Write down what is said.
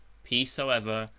peace, however,